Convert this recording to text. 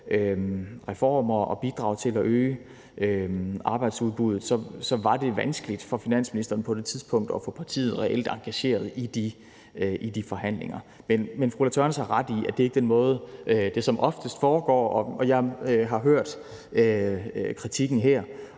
reformer og bidrage til at øge arbejdsudbuddet, så var det vanskeligt for finansministeren på det tidspunkt at få partiet reelt engageret i de forhandlinger. Men fru Ulla Tørnæs har ret i, at det ikke er den måde, som det oftest foregår på, og jeg har hørt kritikken her